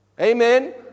Amen